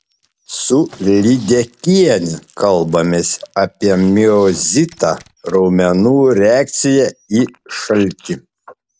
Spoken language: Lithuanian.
su lydekiene kalbamės apie miozitą raumenų reakciją į šaltį